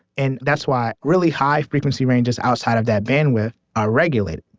and that's why really high frequency ranges outside of that bandwidth are regulated